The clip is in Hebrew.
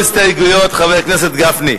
חבר הכנסת גפני,